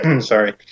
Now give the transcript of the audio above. Sorry